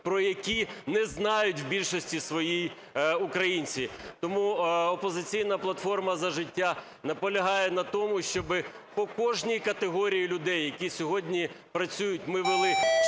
про які не знають в більшості своїй українці. Тому "Опозиційна платформа – За життя" наполягає на тому, щоби по кожній категорії людей, які сьогодні працюють, ми вели